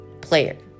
player